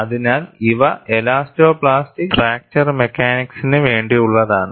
അതിനാൽ ഇവ elastoplastic fracture മെക്കാനിക്സിന് വേണ്ടിയുള്ളതാണ്